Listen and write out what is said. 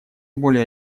более